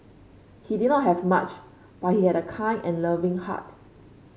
he did not have much but he had a kind and loving heart